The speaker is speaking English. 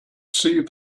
see